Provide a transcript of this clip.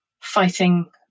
fighting